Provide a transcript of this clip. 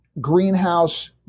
Greenhouse